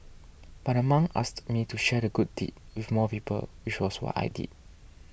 but the monk asked me to share the good deed with more people which was what I did